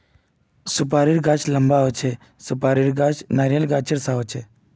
सुपारीर गाछ लंबा होचे, सुपारीर गाछ नारियालेर गाछेर सा होचे